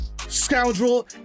scoundrel